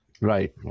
Right